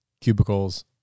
cubicles